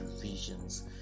visions